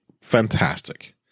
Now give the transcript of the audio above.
fantastic